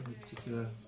particular